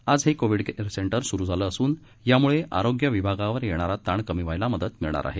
आज हे Covid care centre सुरु झालं असून यामुळे आरोग्य विभागावर येणारा ताण कमी व्हायला मदत मिळणार आहे